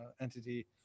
entity